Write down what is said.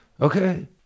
okay